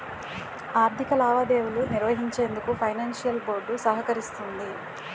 ఆర్థిక లావాదేవీలు నిర్వహించేందుకు ఫైనాన్షియల్ బోర్డ్ సహకరిస్తుంది